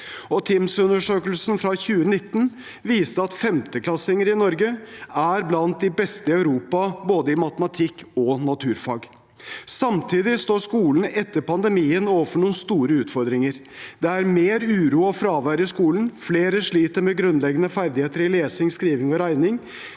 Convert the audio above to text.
TIMSS-undersøkelsen fra 2019 viste at femteklassinger i Norge er blant de beste i Europa både i matematikk og i naturfag. Samtidig står skolen etter pandemien overfor noen store utfordringer. Det er mer uro og fravær i skolen. Flere sliter med grunnleggende ferdigheter i lesing, skriving og regning.